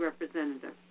Representative